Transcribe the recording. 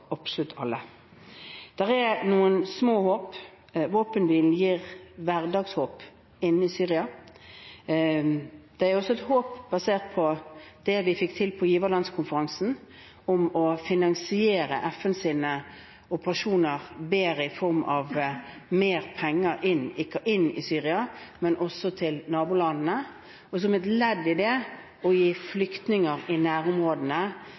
absolutt alle. Det er noen små håp. Våpenhvilen gir hverdagshåp inne i Syria. Det er også et håp basert på det vi fikk til på giverlandskonferansen, om å finansiere FNs operasjoner bedre i form av mer penger inn til Syria, men også til nabolandene, og som et ledd i det gi flyktninger i nærområdene